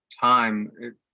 time